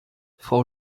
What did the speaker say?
frau